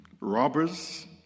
robbers